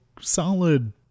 solid